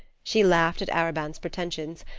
she laughed at arobin's pretensions,